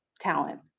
talent